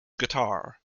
guitar